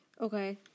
Okay